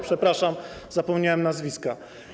Przepraszam, zapomniałem nazwiska.